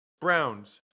Browns